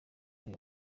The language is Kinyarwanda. ari